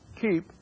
keep